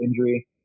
injury